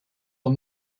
aux